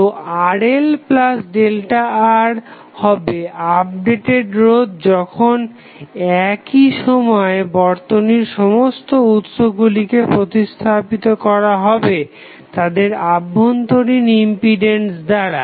তো RLΔR হবে আপডেটেড রোধ যখন একই সময়ে বর্তনীর সমস্ত উৎসগুলিকে প্রতিস্থাপিত করা হবে তাদের অভ্যন্তরীণ ইম্পিডেন্স দ্বারা